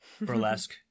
Burlesque